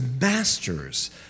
Masters